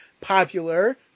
popular